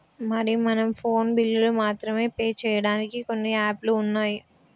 మరి మనం ఫోన్ బిల్లులు మాత్రమే పే చేయడానికి కొన్ని యాప్లు ఉన్నాయి